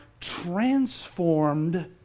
transformed